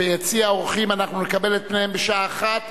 ביטול הוראת שעה לגבי הטבות